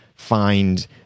find